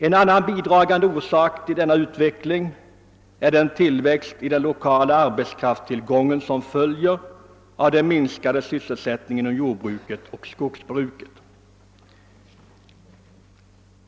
En annan bidragande orsak till denna utveckling är den tillväxt i fråga om den lokala arbetskraftstillgången som följer av den minskade sysselsättningen inom jordbruket och skogsbruket.